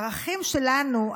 הערכים שלנו,